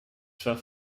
zwar